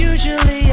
Usually